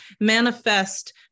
manifest